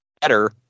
better